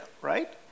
right